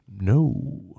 no